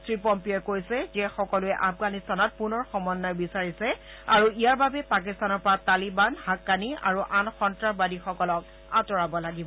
শ্ৰীপম্পিঅ'ই কৈছে যে সকলোৱে আফগানিস্তানত পুনৰ সমন্বয় বিচাৰিছে আৰু ইয়াৰ বাবে পাকিস্তানৰ পৰা তালিবান হাক্কানী আৰু আন সন্ত্ৰাসবাদীসকলক আঁতৰাব লাগিব